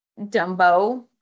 Dumbo